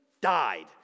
died